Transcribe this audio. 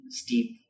steep